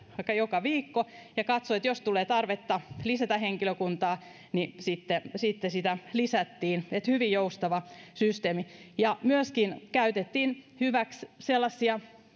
vaikka joka viikko ja katsomaan että jos tulee tarvetta lisätä henkilökuntaa niin sitten sitä lisättiin eli hyvin joustava systeemi myöskin käytettiin hyväksi sellaisia